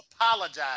apologize